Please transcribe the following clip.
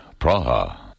Praha